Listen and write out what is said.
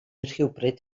rhywbryd